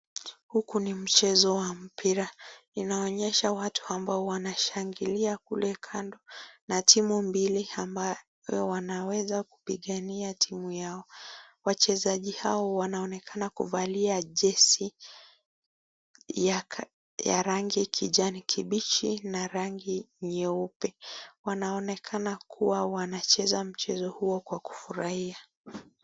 Huku ni mchezo wa mpira. Inaonyesha watu ambao wanashangilia kule kando na timu mbili ambayo wanaweza kupigania timu yao. Wachezaji hao wanaonekana kuvalia jezi ya rangi kijani kibichi na rangi nyeupe. Wanaonekana kuwa wanacheza mchezo huo kwa kufurahia.